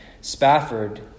Spafford